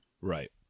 right